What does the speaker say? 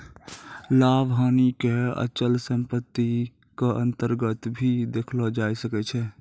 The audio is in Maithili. लाभ हानि क अचल सम्पत्ति क अन्तर्गत भी देखलो जाय सकै छै